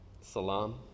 salam